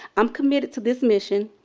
i'm committed to this mission,